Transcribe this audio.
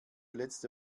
letzte